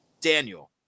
Daniel